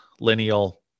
lineal